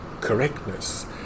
correctness